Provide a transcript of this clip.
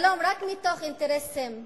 שלום רק מתוך אינטרסים ביטחוניים,